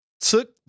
took